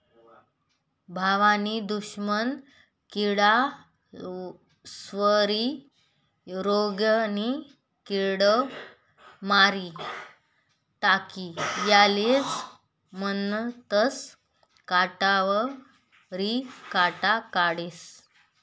भाऊनी दुश्मन किडास्वरी रोगनी किड मारी टाकी यालेज म्हनतंस काटावरी काटा काढनं